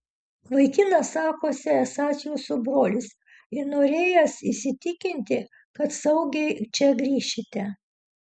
vaikinas sakosi esąs jūsų brolis ir norėjęs įsitikinti kad saugiai čia grįšite